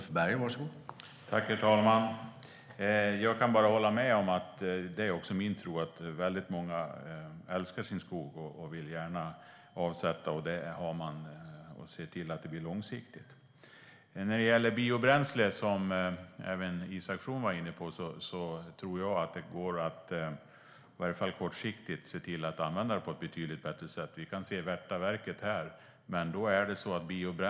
Herr talman! Det är också min tro att många älskar sin skog och vill avsätta och se till att det blir långsiktigt. Biobränsle, som även Isak From var inne på, tror jag att det i alla fall kortsiktigt går att använda på ett betydligt bättre sätt, till exempel i Värtaverket här i Stockholm.